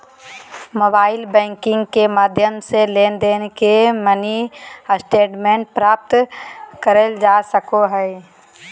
mobile banking के माध्यम से लेनदेन के मिनी स्टेटमेंट प्राप्त करल जा सको हय